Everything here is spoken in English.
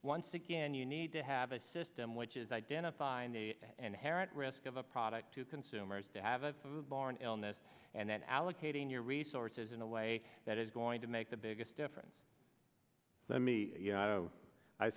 once again you need to have a system which is identifying and herit risk of a product to consumers to have a food borne illness and then allocating your resources in a way that is going to make the biggest difference let me you know i